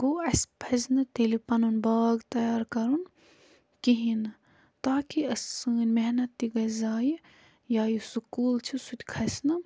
گوٚو اَسہِ پَزِ نہٕ تیٚلہِ پمُن باغ تیار کَرُن کِہینہ تاکہِ اَسہ سٲنٛۍ محنَت تہِ گَژھِ زایہِ یا سُہ کُل چھُ سُہ تہِ کھسنہٕ